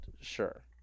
Sure